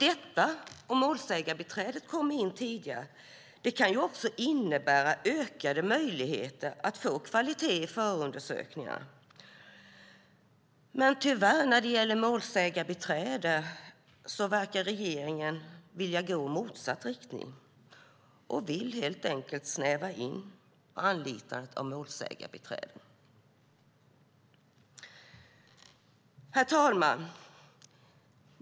Att målsägandebiträdet kommer in tidigare kan också innebära ökade möjligheter att få bättre kvalitet i förundersökningarna. Men när det gäller målsägandebiträden verkar regeringen tyvärr vilja gå i motsatt riktning och helt enkelt snäva in anlitandet av målsägandebiträden. Herr talman!